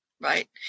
right